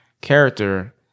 character